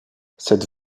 cette